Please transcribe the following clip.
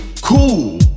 cool